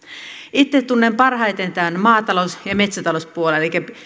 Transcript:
itse tunnen parhaiten maatalous ja metsätalouspuolen elikkä